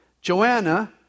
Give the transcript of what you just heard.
Joanna